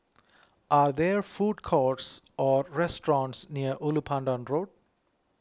are there food courts or restaurants near Ulu Pandan Road